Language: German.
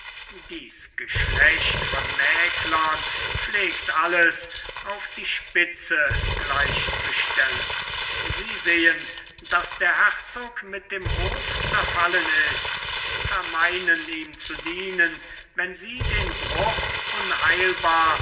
dies geschlecht von mäklern pflegt alles auf die spitze gleich zu stellen sie sehen daß der herzog mit dem hof zerfallen ist vermeinen ihm zu dienen wenn sie den bruch unheilbar